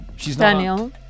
Daniel